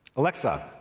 alexa,